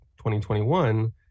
2021